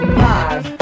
live